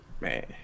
man